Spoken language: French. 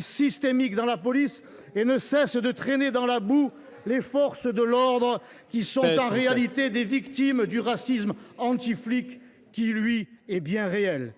systémique dans la police » et ne cessent de traîner dans la boue les forces de l’ordre, qui sont en réalité les victimes d’un racisme anti flic, bien réel